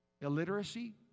illiteracy